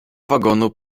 wagonu